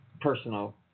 personal